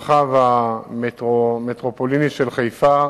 במסגרת ההרחבה המתוכננת של נמל חיפה,